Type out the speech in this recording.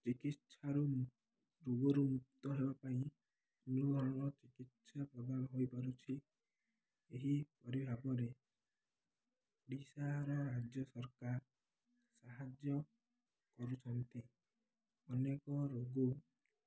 ଚିକିତ୍ସାରୁ ରୋଗରୁ ମୁକ୍ତ ହେବା ପାଇଁ ଅନେକ ଧରଣ ଚିକିତ୍ସା ପ୍ରଦାନ ହୋଇପାରୁଛି ଏହିପରି ଭାବରେ ଓଡ଼ିଶାର ରାଜ୍ୟ ସରକାର ସାହାଯ୍ୟ କରୁଛନ୍ତି ଅନେକ ରୋଗୀକୁ